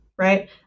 right